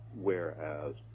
whereas